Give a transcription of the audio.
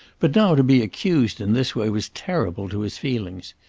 but now to be accused in this way was terrible to his feelings!